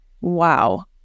Wow